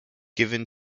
given